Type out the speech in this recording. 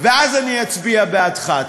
ואז אני אצביע בעדך.